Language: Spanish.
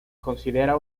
considera